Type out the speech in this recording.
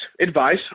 advice